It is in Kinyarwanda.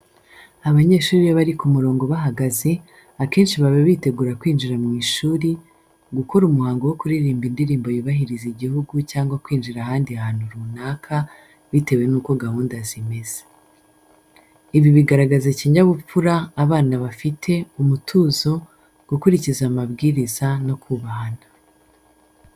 Abanyeshuri iyo bari ku murongo bahagaze, akenshi baba bitegura kwinjira mu ishuri, gukora umuhango wo kuririmba indirimbo yubahiriza igihugu cyangwa kwinjira ahandi hantu runaka, bitewe nuko gahunda zimeze. Ibi bigaragaza ikinyabupfura abana bafite, umutuzo, gukurikiza amabwiriza no kubahana.